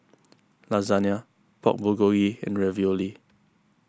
Lasagna Pork Bulgogi and Ravioli